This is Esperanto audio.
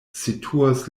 situas